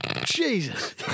Jesus